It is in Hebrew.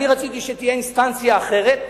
אני רציתי שתהיה אינסטנציה אחרת,